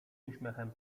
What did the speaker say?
uśmiechem